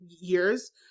years